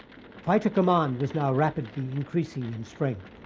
fighter command was now rapidly increasing in strength.